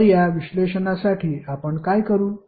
तर या विश्लेषणासाठी आपण काय करू